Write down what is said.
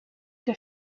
der